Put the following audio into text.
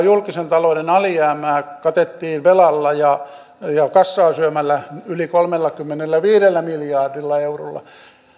julkisen talouden alijäämää katettiin velalla ja ja kassaa syömällä yli kolmellakymmenelläviidellä miljardilla eurolla